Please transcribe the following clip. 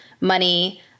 money